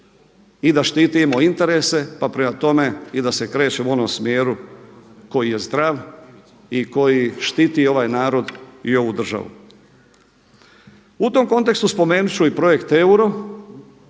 i da štitimo interese, pa prema tome i da se krećemo u onom smjeru koji je zdrav i koji štiti ovaj narod i ovu državu. U tom kontekstu spomenut ću i projekt euro.